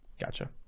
gotcha